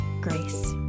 grace